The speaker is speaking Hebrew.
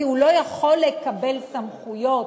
כי הוא לא יכול לקבל סמכויות